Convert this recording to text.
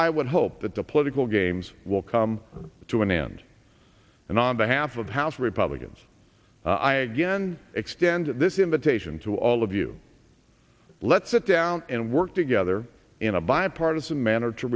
i would hope that the political games will come to an end and on behalf of house republicans i again extend this invitation to all of you let's sit down and work together in a bipartisan manner to